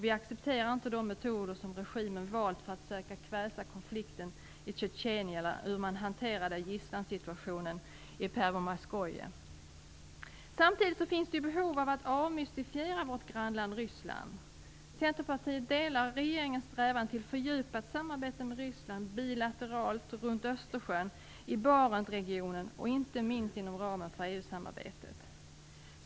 Vi accepterar inte de metoder som regimen valt för att söka kväsa konflikten i Tjetjenien eller hur man hanterade gisslansituationen i Pervomajskoje. Samtidigt finns det behov av att avmystifiera vårt grannland Ryssland. Centerpartiet delar regeringens strävan till fördjupat samarbete med Ryssland - bilateralt, runt Östersjön, i Barentsregionen och inte minst inom ramen för EU-samarbetet.